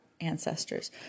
ancestors